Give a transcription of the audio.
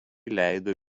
leido